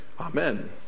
Amen